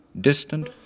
distant